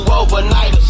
overnight